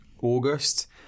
August